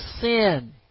sin